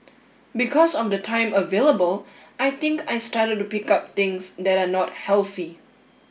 because of the time available I think I started to pick up things that are not healthy